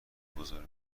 بزرگی